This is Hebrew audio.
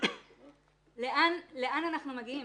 לאן אנחנו מגיעים?